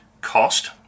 cost